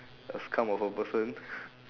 a scum of a person